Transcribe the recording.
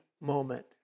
moment